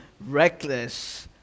reckless